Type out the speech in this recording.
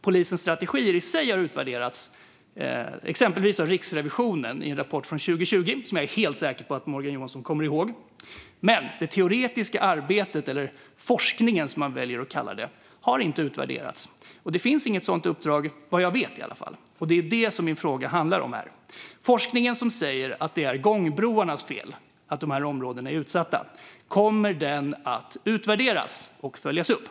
Polisens strategier i sig har utvärderats, exempelvis av Riksrevisionen i en rapport från 2020 som jag är helt säker på att Morgan Johansson kommer ihåg. Men det teoretiska arbetet - eller forskningen, som man väljer att kalla det - har inte utvärderats. Det finns inte heller något sådant uppdrag, vad jag vet i alla fall, och det är det min fråga handlar om. Kommer forskningen som säger att det är gångbroarnas fel att dessa områden är utsatta att utvärderas och följas upp?